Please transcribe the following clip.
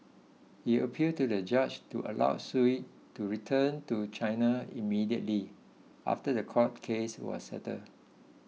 he appealed to the judge to allow Sue to return to China immediately after the court case was settled